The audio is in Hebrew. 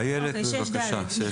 איילת, בבקשה.